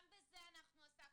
גם בזה אנחנו עסקנו.